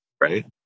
right